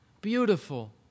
Beautiful